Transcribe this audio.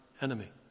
enemy